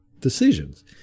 decisions